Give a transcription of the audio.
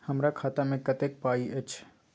हमरा खाता में कत्ते पाई अएछ?